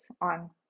on